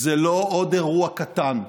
זה לא עוד אירוע קטן.